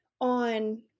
on